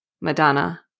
Madonna